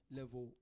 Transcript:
level